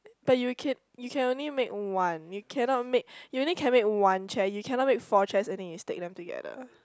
but you can you can only make one you cannot make you only can make one chair you cannot make four chairs and then you stack them together